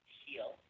heal